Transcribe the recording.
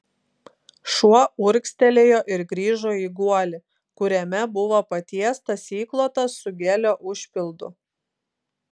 šuo urgztelėjo ir grįžo į guolį kuriame buvo patiestas įklotas su gelio užpildu